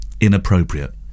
inappropriate